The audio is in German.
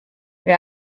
wer